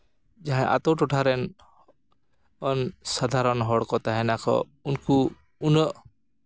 ᱡᱟᱦᱟᱸᱭ ᱟᱛᱳ ᱴᱚᱴᱷᱟ ᱨᱮᱱ ᱚᱱ ᱥᱟᱫᱷᱟᱨᱚᱱ ᱦᱚᱲ ᱠᱚ ᱛᱟᱦᱮᱱᱟᱠᱚ ᱩᱱᱠᱩ ᱩᱱᱟᱹᱜ